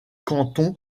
canton